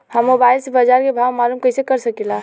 हम मोबाइल से बाजार के भाव मालूम कइसे कर सकीला?